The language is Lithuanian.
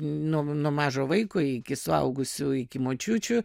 nuo nuo mažo vaiko iki suaugusių iki močiučių